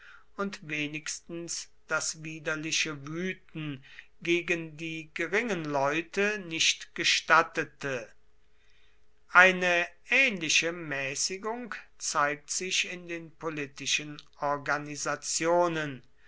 und wenigstens das widerliche wüten gegen die geringen leute nicht gestattete eine ähnliche mäßigung zeigt sich in den politischen organisationen